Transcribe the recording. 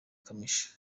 kamichi